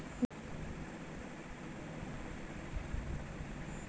যে গাহাচ বা উদ্ভিদ বারের দুট সময়ে দুবার ফল ধ্যরে